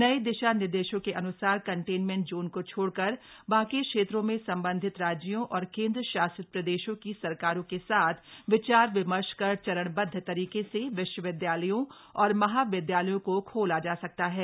नये दिशा निर्देशों के अन्सार कंटेनमेंट जोन को छोड़कर बाकी क्षेत्रों में संबंधित राज्यों और केन्द्रशासित प्रदेशों की सरकारों के साथ विचार विमर्श कर चरणबदध तरीके से विश्वविदयालयों और महाविदयालयों को खोला जा सकता हा